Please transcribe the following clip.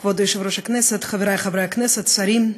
כבוד יושב-ראש הכנסת, חברי חברי הכנסת, שרים,